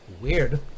weird